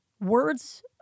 words